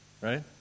Right